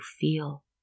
feel